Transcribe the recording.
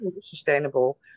sustainable